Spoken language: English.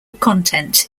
content